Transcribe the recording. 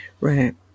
Right